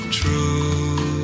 true